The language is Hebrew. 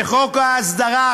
וחוק ההסדרה,